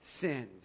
sins